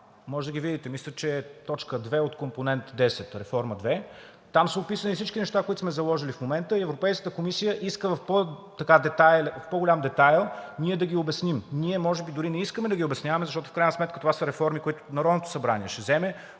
можете да ги видите. Мисля, че са в т. 2 от компонент 10, реформа 2. Там са описани всички неща, които сме заложили в момента, и Европейската комисия иска в по-голям детайл да ги обясним. Ние може би дори не искаме да ги обясняваме, защото в крайна сметка това са реформи, които Народното събрание ще вземе